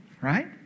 Right